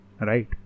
right